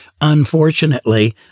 Unfortunately